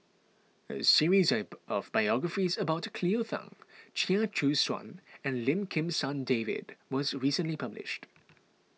a series of biographies about Cleo Thang Chia Choo Suan and Lim Kim San David was recently published